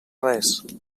res